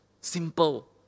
Simple